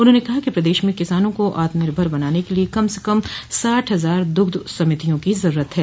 उन्होंने कहा कि प्रदेश में किसानों को आत्मनिर्भर बनाने के लिए कम से कम साठ हजार द्ग्ध समितियों की जरूरत है